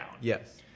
Yes